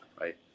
right